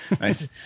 Nice